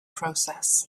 process